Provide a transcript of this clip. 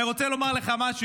ואני רוצה לומר לך משהו.